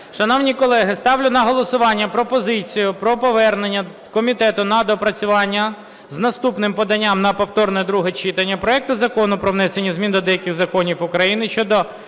Шановні колеги! Ставлю на голосування пропозицію про повернення до комітету на доопрацювання з наступним поданням на повторне друге читання проект Закону про внесення змін до деяких законів України щодо